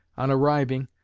on arriving,